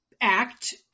act